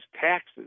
taxes